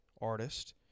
artist